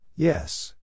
Yes